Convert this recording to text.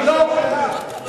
אני לא, בושה.